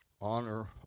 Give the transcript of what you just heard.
Honor